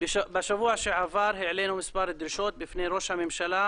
בשבוע שעבר העלינו מספר דרישות בפני ראש הממשלה,